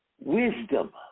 wisdom